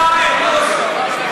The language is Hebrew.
וקיבלה את אוסלו.